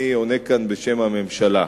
אני עונה כאן בשם הממשלה.